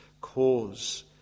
cause